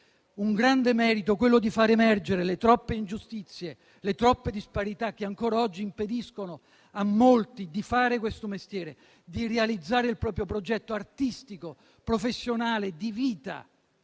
il grande merito di far emergere le troppe ingiustizie e disparità che ancora oggi impediscono a molti di fare questo mestiere di realizzare il proprio progetto, artistico, professionale e di vita.